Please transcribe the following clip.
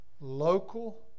local